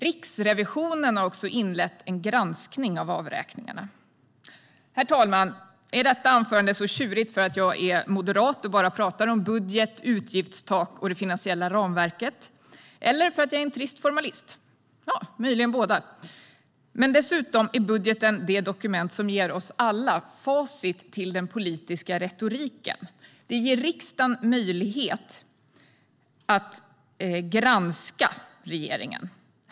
Riksrevisionen har också inlett en granskning av avräkningarna. Herr talman! Är detta anförande så tjurigt för att jag är moderat och bara pratar om budget, utgiftstak och det finansiella ramverket eller för att jag är en trist formalist? Ja, det är möjligt att det är så av båda anledningarna. Men dessutom är budgeten det dokument som ger oss alla facit till den politiska retoriken. Det ger riksdagen möjlighet att granska regeringen.